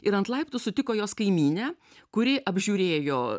ir ant laiptų sutiko jos kaimynę kuri apžiūrėjo